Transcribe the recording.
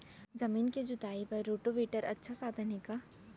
जमीन के जुताई बर रोटोवेटर अच्छा साधन हे का?